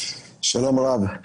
כבוד